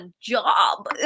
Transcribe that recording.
job